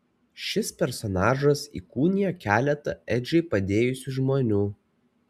šis personažas įkūnija keletą edžiui padėjusių žmonių